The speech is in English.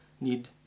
need